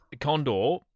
Condor